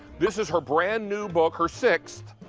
this is her brand-new book. her sixth.